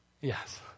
Yes